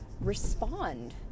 respond